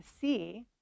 see